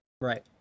Right